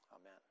amen